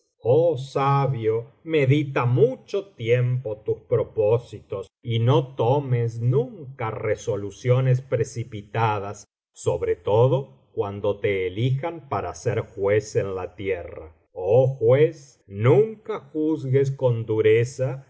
oh sabio medita mucho tiempo tus propósitos y no tomes nunca resoluciones precipitadas sobre todo cuando te elijan para ser juez en la tierra oh juez nunca juzgues con dureza